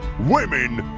women,